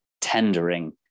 tendering